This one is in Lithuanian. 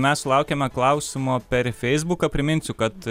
mes sulaukėme klausimo per feisbuką priminsiu kad